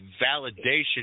validation